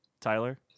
Tyler